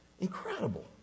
Incredible